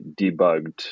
debugged